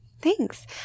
Thanks